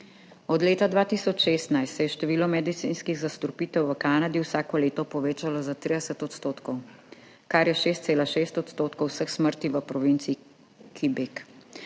Od leta 2016 se je število medicinskih zastrupitev v Kanadi vsako leto povečalo za 30 %, kar je 6,6 % vseh smrti v provinci Quebec.